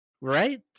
right